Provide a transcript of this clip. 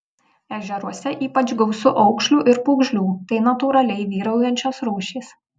ežeruose ypač gausu aukšlių ir pūgžlių tai natūraliai vyraujančios rūšys